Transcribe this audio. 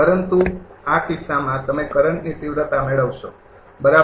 પરંતુ આ કિસ્સામાં તમે કરંટની તીવ્રતા મેળવશો બરાબર